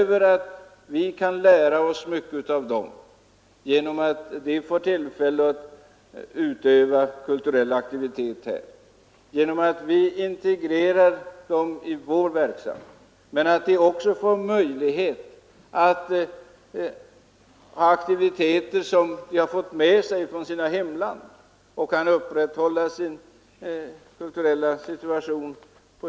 Vi kan lära oss mycket av dem genom att de får tillfälle att utöva kulturell aktivitet här. Vi skall integrera dem i vår verksamhet, men de skall också få möjlighet att utöva aktiviteter som de så att säga för med sig från sina hemländer. På det sättet måste invandrarna kunna upprätthålla sin kulturella situation.